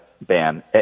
ban